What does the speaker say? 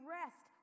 rest